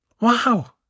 Wow